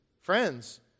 friends